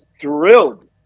thrilled